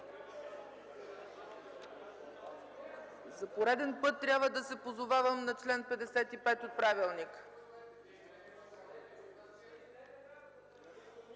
За пореден път трябва да се позовавам на чл. 55 от правилника.